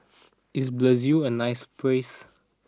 is Brazil a nice place